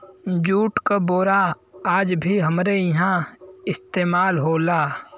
jute क बोरा आज भी हमरे इहां इस्तेमाल होला